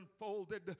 unfolded